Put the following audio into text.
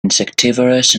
insectivorous